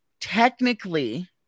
technically